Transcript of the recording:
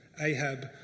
Ahab